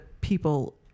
people